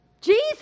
Jesus